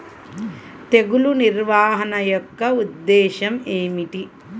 తెగులు నిర్వహణ యొక్క ఉద్దేశం ఏమిటి?